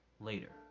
later